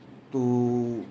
to